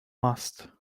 must